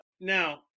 Now